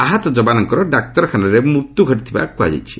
ଆହତ ଜବାନଙ୍କର ଡାକ୍ତରଖାନାରେ ମୃତ୍ୟୁ ଘଟିଥିବା କୁହାଯାଉଛି